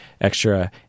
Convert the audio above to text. extra